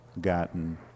gotten